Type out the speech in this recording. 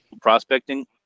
prospecting